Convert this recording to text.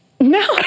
no